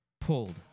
pulled